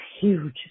huge